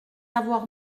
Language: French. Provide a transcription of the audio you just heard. avoir